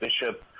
Bishop